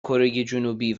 کرهجنوبی